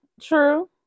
true